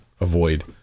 avoid